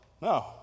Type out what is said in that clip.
No